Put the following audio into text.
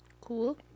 Cool